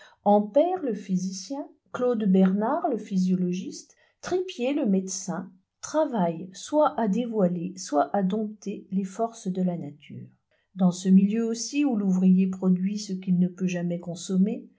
ampère le physicien claude bernard le physiologiste tripier le médecin travaillent soit à dévoiler soit à dompter les forces de la nature dans ce milieu aussi où l'ouvrier produit ce qu'il ne peut jamais consommer